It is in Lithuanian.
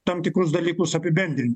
tam tikrus dalykus apibendrint